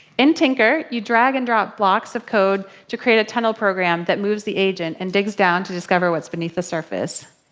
in tynker you drag and drop blocks of code to create a tunnel program that moves the agent and digs down to discover what's beneath the surface.